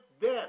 death